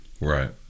right